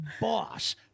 boss